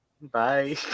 bye